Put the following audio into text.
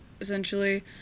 essentially